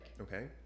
Okay